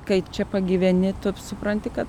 kaip čia pagyveni supranti kad